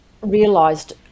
realised